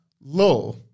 Low